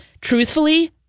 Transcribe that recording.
Truthfully